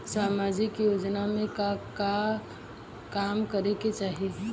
सामाजिक योजना में का काम करे के चाही?